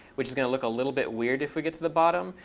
which is going to look a little bit weird if we get to the bottom.